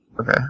Okay